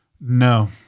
No